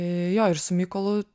jo ir su mykolu